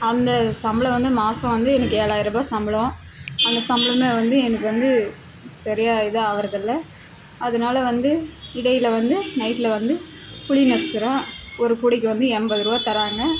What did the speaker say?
அந்த சம்பளம் வந்து மசம் வந்து எனக்கு ஏழாயருபாய் சம்பளம் அந்த சம்பளமே வந்து எனக்கு வந்து சரியாக இதாது ஆகுறதில்ல அதனால வந்து இடையில் வந்து நைட்டில் வந்து புளி நசுக்குறோம் ஒரு கூடைக்கு வந்து எண்பதுருவா தராங்க